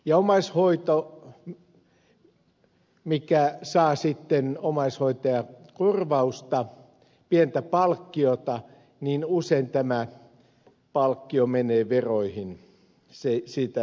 ja omaishoitajalla joka saa sitten omaishoitajakorvausta pientä palkkiota usein tämä palkkio menee veroihin siitä ei paljon jää